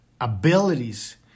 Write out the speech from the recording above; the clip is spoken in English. abilities